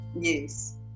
Yes